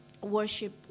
worship